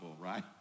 right